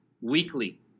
weekly